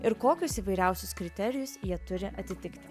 ir kokius įvairiausius kriterijus jie turi atitikti